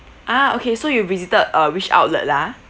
ah okay so you've visited uh which outlet lah